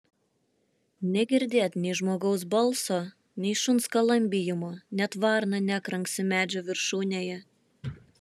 negirdėt nei žmogaus balso nei šuns skalambijimo net varna nekranksi medžio viršūnėje